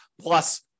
plus